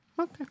Okay